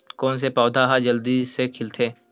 कोन से पौधा ह जल्दी से खिलथे?